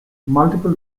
multiple